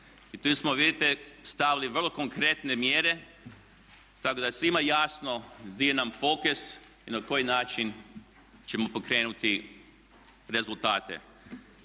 I tu smo vidite stavili vrlo konkretne mjere, tako da je svima jasno gdje nam je fokus i na koji način ćemo pokrenuti rezultate.